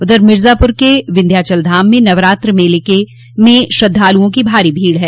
उधर मिर्जापुर के विन्ध्याचल धाम में नवरात्रि मेले में श्रद्धालुओं की भारी भीड़ है